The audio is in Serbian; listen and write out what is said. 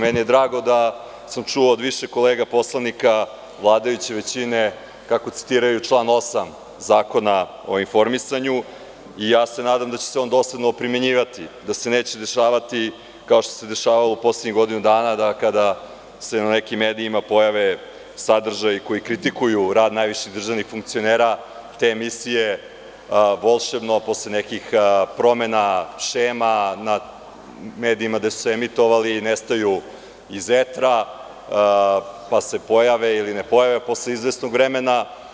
Meni je drago da sam čuo od više kolega poslanika vladajuće većine kako citiraju član 8. Zakona o informisanju i nadam se da će se on dosledno primenjivati, da se neće dešavati, kao što se dešavalo u poslednjih godinu dana, da kada se na nekim medijima pojave sadržaji koji kritikuju rad najviših državnih funkcionera te emisije volešebno posle nekih promena šema, na medijima gde su se emitovale nestaju iz etra, pa se pojave ili ne pojave posle izvesnog vremena.